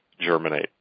germinate